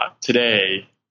Today